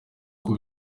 uko